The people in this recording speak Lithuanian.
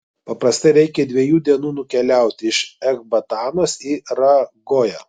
paprastai reikia dviejų dienų nukeliauti iš ekbatanos į ragoją